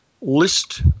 list –